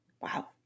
wow